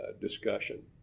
discussion